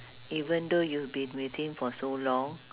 even though you've been with him for so long